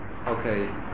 Okay